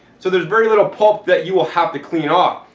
so there's very little pulp that you will have to clean off.